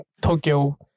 Tokyo